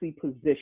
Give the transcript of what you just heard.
position